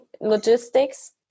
logistics